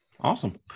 Awesome